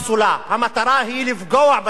המטרה היא לפגוע בציבור הערבי,